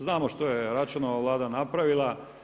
Znamo što je Račanova Vlada napravila.